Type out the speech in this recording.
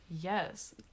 Yes